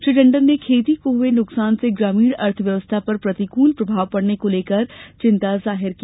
श्री टंडन ने खेती को हुए नुकसान से ग्रामीण अर्थव्यवस्था पर प्रतिकुल प्रभाव पड़ने को लेकर चिंता जाहिर की